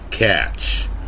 Catch